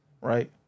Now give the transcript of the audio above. right